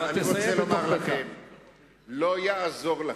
לא יעזור לכם,